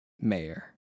mayor